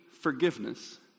forgiveness